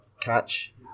catch